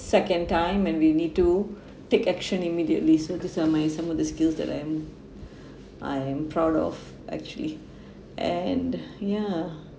second time when we need to take action immediately so these are my some of the skills that I am I am proud of actually and ya